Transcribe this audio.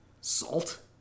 Salt